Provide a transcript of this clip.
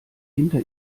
hinter